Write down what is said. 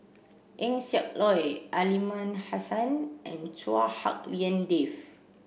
Eng Siak Loy Aliman Hassan and Chua Hak Lien Dave